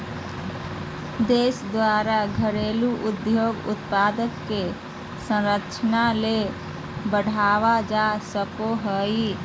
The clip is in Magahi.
देश द्वारा घरेलू उद्योग उत्पाद के संरक्षण ले बढ़ावल जा सको हइ